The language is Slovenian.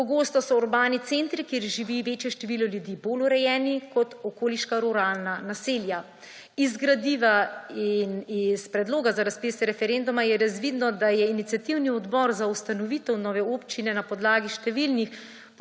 Pogosto so urbani centri, kjer živi večje število ljudi, bolj urejeni kot okoliška ruralna naselja. Iz gradiva in iz predloga za razpis referenduma je razvidno, da je iniciativni odbor za ustanovitev nove občine na podlagi številnih